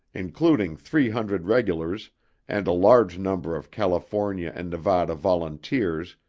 including three hundred regulars and a large number of california and nevada volunteers,